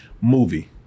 movie